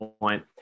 point